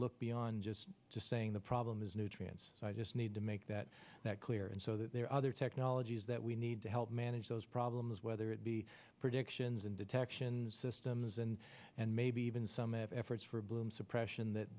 look beyond just saying the problem is nutrients i just need to make that that clear and so that there are other technologies that we need to help manage those problems whether it be predictions in detection systems and and maybe even some efforts for bloom suppression that